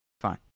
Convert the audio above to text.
fine